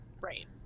Right